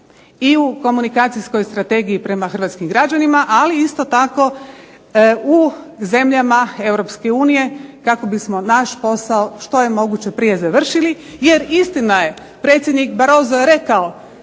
i u komunikacijskoj strategiji prema hrvatskim građanima, ali isto tako u zemljama EU kako bismo naš posao što je moguće prije završili. Jer istina je, predsjednik Barroso je rekao